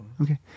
Okay